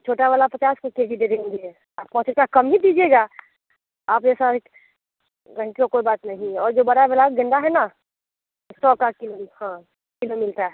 छोटा वाला पचास के के जी दे देंगे आप पाँच रुपया कम ही दीजिएगा आप ये सारे गैहकी हो कोई बात नहीं और जो बड़ा वाला गेंदा है न सौ का किलो हाँ सौ का किल्लो मिलता है